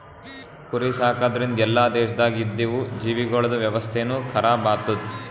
ಕುರಿ ಸಾಕದ್ರಿಂದ್ ಎಲ್ಲಾ ದೇಶದಾಗ್ ಇದ್ದಿವು ಜೀವಿಗೊಳ್ದ ವ್ಯವಸ್ಥೆನು ಖರಾಬ್ ಆತ್ತುದ್